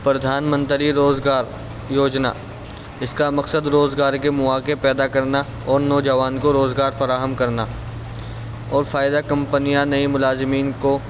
پردھان منتری روزگار یوجنا اس کا مقصد روزگار کے مواقع پیدا کرنا اور نوجوان کو روزگار فراہم کرنا اور فائدہ کمپنیاں نئی ملازمین کو